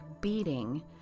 beating